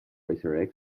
racer